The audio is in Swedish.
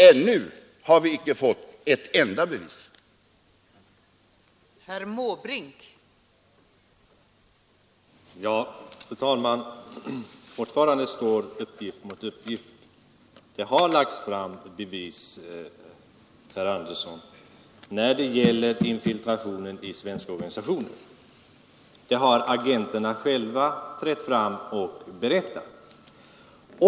Ännu Nr 92 har vi icke fått ett enda bevis från Folket i Bild. Fredagen den